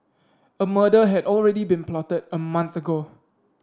a murder had already been plotted a month ago